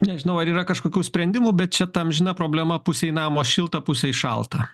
nežinau ar yra kažkokių sprendimų bet čia ta amžina problema pusei namo šilta pusei šalta